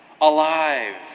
alive